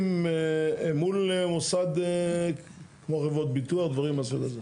אם מול מוסד כמו חברות ביטוח, דברים מהסוג הזה.